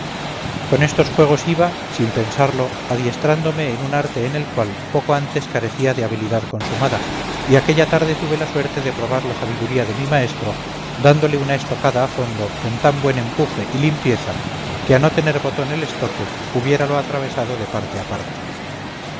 con estos juegos iba sin pensarlo adiestrándome en un arte en el cual poco antes carecía de habilidad consumada y aquella tarde tuve la suerte de probar la sabiduría de mi maestro dándole una estocada a fondo con tan buen empuje y limpieza que a no tener botón el estoque hubiéralo atravesado de parte a parte